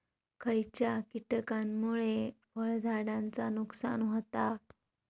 खयच्या किटकांमुळे फळझाडांचा नुकसान होता?